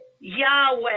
Yahweh